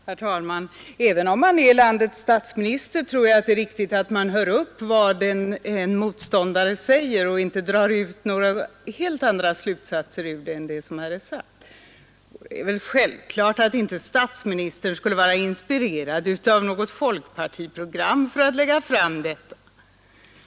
Herr talman! Även om man är landets statsminister tror jag att det är viktigt att man hör upp så att man inte drar helt felaktiga slutsatser av vad motståndarna säger. Det är väl självklart att jag inte tror att statsministern är inspirerad av något folkpartiprogram.